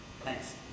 Thanks